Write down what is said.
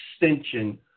extension